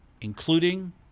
including